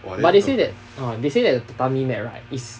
but they say that uh they say that the tatami mat right is